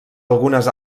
algunes